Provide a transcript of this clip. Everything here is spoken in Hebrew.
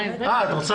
צריך